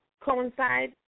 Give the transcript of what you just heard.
coincide